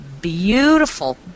beautiful